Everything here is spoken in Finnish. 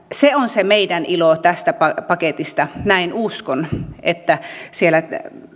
se on se meidän ilomme tästä paketista näin uskon että siellä